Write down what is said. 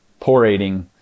porating